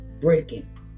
Breaking